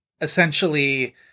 essentially